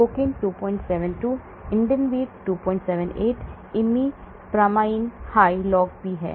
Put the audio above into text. cocaine 272 indinavir 278 imipramine high log P है